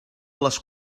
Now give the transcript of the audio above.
les